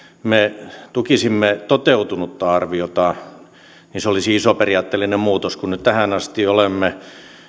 me tukisimme toteutunutta arviota niin se olisi iso periaatteellinen muutos kun tähän asti olemme